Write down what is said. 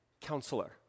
counselor